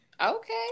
okay